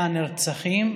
100 הנרצחים,